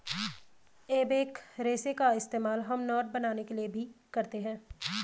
एबेक रेशे का इस्तेमाल हम नोट बनाने के लिए भी करते हैं